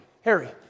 Harry